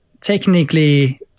technically